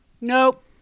nope